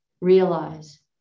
realize